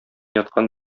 яткан